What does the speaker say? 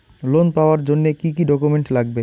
Loan পাওয়ার জন্যে কি কি ডকুমেন্ট লাগবে?